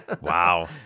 Wow